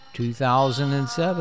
2007